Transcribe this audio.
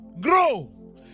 grow